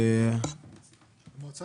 המועצה